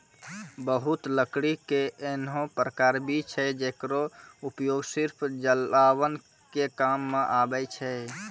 बहुत लकड़ी के ऐन्हों प्रकार भी छै जेकरो उपयोग सिर्फ जलावन के काम मॅ आवै छै